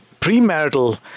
premarital